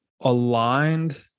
aligned